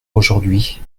aujourd’hui